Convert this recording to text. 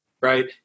Right